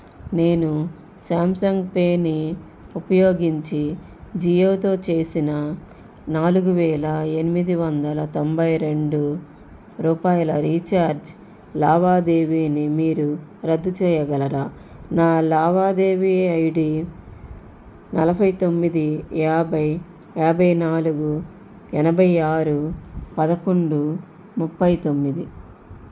నేను సామ్సంగ్ పేని ఉపయోగించి జియోతో చేసిన నాలుగు వేల ఎనిమిది వందల తొంభై రెండు రూపాయల రీఛార్జ్ లావాదేవీని మీరు రద్దు చేయగలరా నా లావాదేవీ ఐడి నలభై తొమ్మిది యాభై యాభై నాలుగు ఎనభై ఆరు పదకొండు ముప్పై తొమ్మిది